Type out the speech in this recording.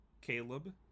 Caleb